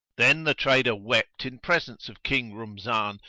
then the trader wept in presence of king rumzan,